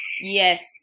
Yes